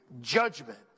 judgment